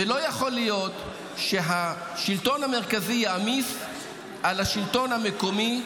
ולא יכול להיות שהשלטון המרכזי יעמיס על השלטון המקומי,